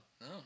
No